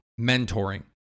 mentoring